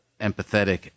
empathetic